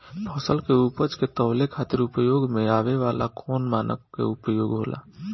फसल के उपज के तौले खातिर उपयोग में आवे वाला कौन मानक के उपयोग होला?